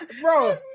bro